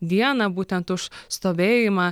dieną būtent už stovėjimą